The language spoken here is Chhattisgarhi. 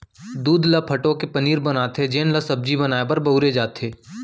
दूद ल फटो के पनीर बनाथे जेन ल सब्जी बनाए बर बउरे जाथे